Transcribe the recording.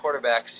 quarterbacks